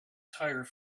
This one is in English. tire